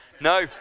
No